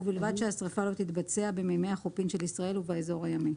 ובלבד שהשריפה לא תתבצע במימי החופים של ישראל ובאזור הימי".